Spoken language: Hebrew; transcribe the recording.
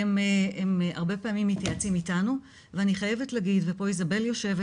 הן הרבה פעמים מתייעצות איתנו ואני חייבת להגיד ופה איזבל יושבת,